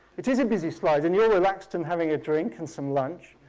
it is a busy slide and you're relaxed and having a drink and some lunch!